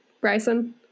Bryson